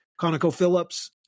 ConocoPhillips